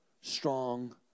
strong